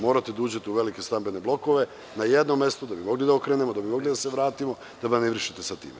Morate da uđete u velike stambene blokove na jednom mestu, da bi mogli da okrenemo, da bi mogli da se vratimo, da manevrišete sa tim.